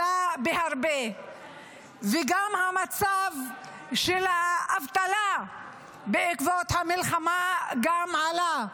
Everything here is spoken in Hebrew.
עלה בהרבה וגם המצב של האבטלה בעקבות המלחמה עלה,